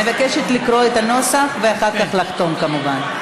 אני מבקשת לקרוא את הנוסח, ואחר כך לחתום, כמובן.